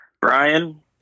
brian